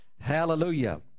Hallelujah